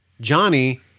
Johnny